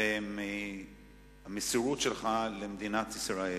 ומהמסירות שלך למדינת ישראל.